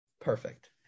perfect